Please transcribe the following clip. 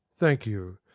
thank you.